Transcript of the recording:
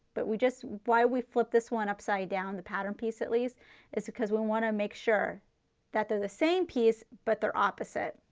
but we just why we flip this one upside down, the pattern piece at least is because we want to make sure that they are the same piece, but they are opposite.